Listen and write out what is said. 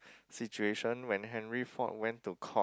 situation when Henry Ford went to court